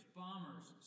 bombers